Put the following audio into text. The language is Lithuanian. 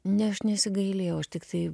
ne aš nesigailėjau aš tiktai